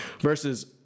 versus